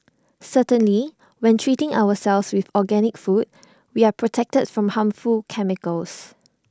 certainly when treating ourselves with organic food we are protected from harmful chemicals